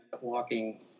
walking